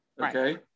okay